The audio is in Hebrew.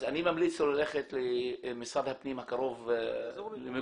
אז אני ממליץ לו ללכת למשרד הפנים הקרוב למגוריו